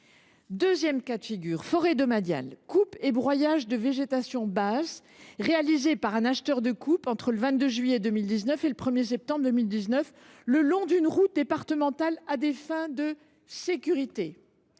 verbalisée. Cas numéro 2, forêt domaniale : coupe et broyage de végétation basse réalisés par un acheteur de coupe entre le 22 juillet 2019 et le 1 septembre 2019, le long d’une route départementale, à des fins de sécurité.